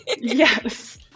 Yes